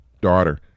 daughter